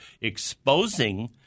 exposing